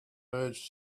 urged